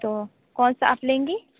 तो कौन सा आप लेंगी